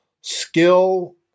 skill